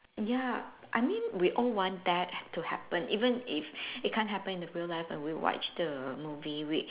ya I mean we all want that to happen even if it can't happen in the real life when we watch the movie we